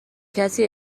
کسی